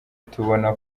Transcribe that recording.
tubona